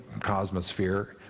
cosmosphere